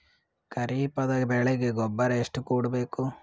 ಖರೀಪದ ಬೆಳೆಗೆ ಗೊಬ್ಬರ ಎಷ್ಟು ಕೂಡಬೇಕು?